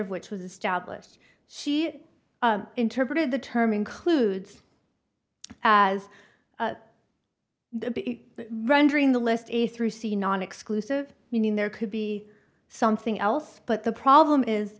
of which was established she interpreted the term includes as rendering the list a through c non exclusive meaning there could be something else but the problem is